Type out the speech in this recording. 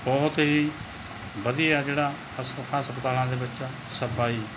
ਬਹੁਤ ਹੀ ਵਧੀਆ ਜਿਹੜਾ ਹਸ ਹਸਪਤਾਲਾਂ ਦੇ ਵਿੱਚ ਸਫਾਈ